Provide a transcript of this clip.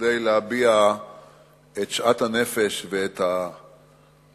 כדי להביע את שאט הנפש והבוז